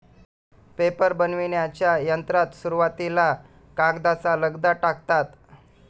paper बनविण्याच्या यंत्रात सुरुवातीला कागदाचा लगदा टाकतात